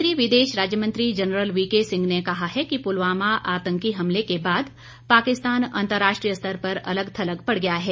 वीकेसिंह केंद्रीय विदेश राज्य मंत्री जनरल वीके सिंह ने कहा है कि पुलवामा आतंकी हमले के बाद पाकिस्तान अंतरराष्ट्रीय स्तर पर अलग थलग पड़ गया है